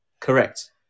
Correct